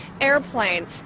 airplane